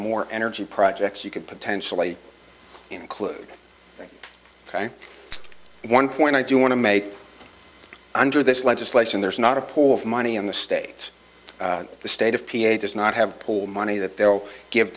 more energy projects you could potentially include ok one point i do want to make under this legislation there's not a pool of money in the state the state of p a does not have pull money that they'll give